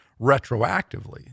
retroactively